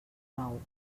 nou